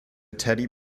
teddy